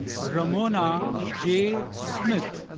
ramona j. smith.